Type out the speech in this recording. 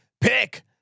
Pick